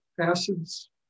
acids